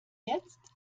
jetzt